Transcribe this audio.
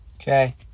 Okay